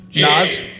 Nas